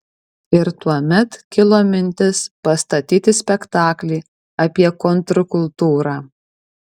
ir tuomet kilo mintis pastatyti spektaklį apie kontrkultūrą